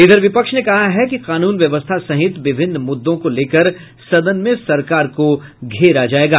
इधर विपक्ष ने कहा है कि कानून व्यवस्था सहित विभिन्न मुद्दों को लेकर सदन में सरकार को घेरा जायेगा